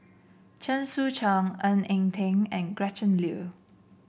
Chen Sucheng Ng Eng Teng and Gretchen Liu